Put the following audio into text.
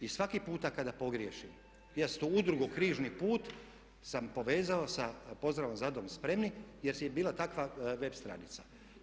I svaki puta kada pogriješim, … Udrugu Križni put sam povezao sa pozdravom za dom spremni jer je bila takva web stranica.